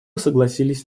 согласились